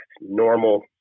normal